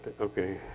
okay